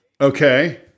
Okay